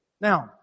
Now